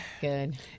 Good